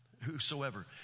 whosoever